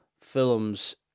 Films